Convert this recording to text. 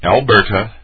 Alberta